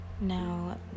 Now